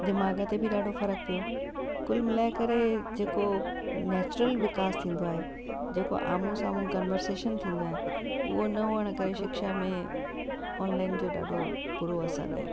दिमाग़ ते बि ॾाढो फर्क़ पियो कुल मिलाए करे जेको नैचुरल विकास थींदो आहे जेको आमू साम्हूं कंंवर्सेशन थींदो आहे उहो न हुजण करे शिक्षा में ऑनलाइन जो ॾाढो बुरो असरु रहियो